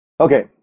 Okay